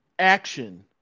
action